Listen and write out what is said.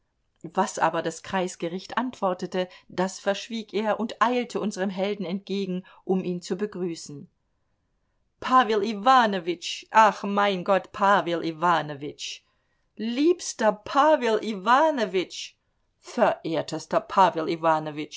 was aber das kreisgericht antwortete das verschwieg er und eilte unserem helden entgegen um ihn zu begrüßen pawel iwanowitsch ach mein gott pawel iwanowitsch liebster pawel iwanowitsch verehrtester pawel